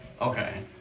Okay